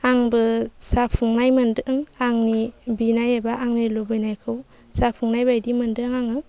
आंबो जाफुंनाय मोनदों आंनि बिनाय एबा आंनि लुबैनायखौ जाफुंनाय बायदि मोनदों आङो